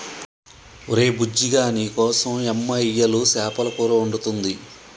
ఒరే బుజ్జిగా నీకోసం యమ్మ ఇయ్యలు సేపల కూర వండుతుంది